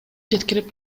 жеткирип